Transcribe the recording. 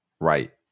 right